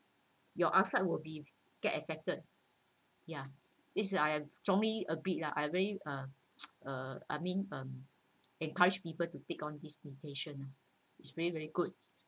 your outside will be get affected ya this is I strongly agree lah I very uh uh I mean uh encourage people to take on this meditation lah it's very very good